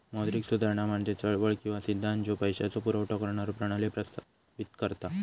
मौद्रिक सुधारणा म्हणजे चळवळ किंवा सिद्धांत ज्यो पैशाचो पुरवठा करणारो प्रणाली प्रस्तावित करता